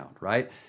right